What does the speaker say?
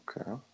Okay